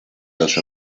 dos